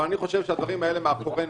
אבל אני חושב שהדברים האלה מאחורינו.